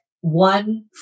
one